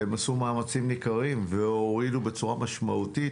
הם עשו מאמצים ניכרים והורידו בצורה משמעותית.